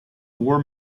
war